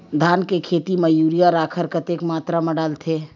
धान के खेती म यूरिया राखर कतेक मात्रा म डलथे?